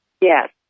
Yes